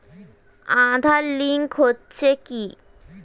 Aadhaar link হচ্ছে কি?